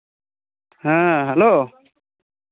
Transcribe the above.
ᱦᱮᱸ ᱦᱮᱞᱳ